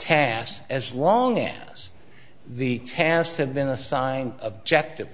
tasks as long ananas the tasks have been assigned objectives